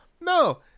no